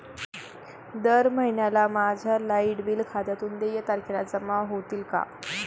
दर महिन्याला माझ्या लाइट बिल खात्यातून देय तारखेला जमा होतील का?